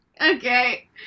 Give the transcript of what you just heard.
Okay